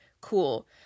cool